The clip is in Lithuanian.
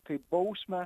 kaip bausmę